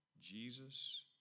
Jesus